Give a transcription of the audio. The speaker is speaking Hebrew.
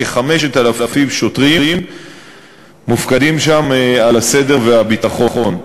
כ-5,000 שוטרים מופקדים שם על הסדר והביטחון.